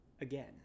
again